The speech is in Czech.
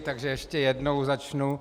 Takže ještě jednou začnu.